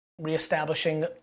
reestablishing